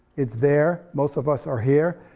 it's there, most of us are here,